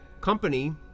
company